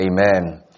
Amen